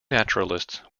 naturalists